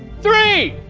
three,